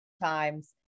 times